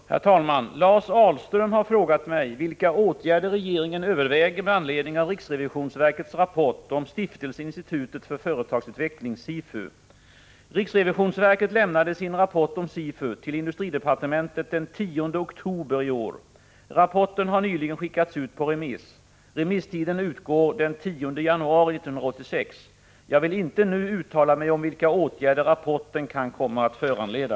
Om verksämheten vid Herr talman! Lars Ahlström har frågat mig vilka åtgärder regeringen Stift elsen Institutet för mentet den 10 oktober i år. Rapporten har nyligen skickats ut på remiss. — centrationen i Stock Remisstiden går ut den 10 januari 1986. Jag vill inte nu uttala mig om vilka — holms län åtgärder rapporten kan komma att föranleda.